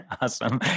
Awesome